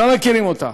לא מכירים אותה.